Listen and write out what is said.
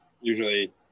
usually